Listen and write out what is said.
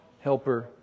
Helper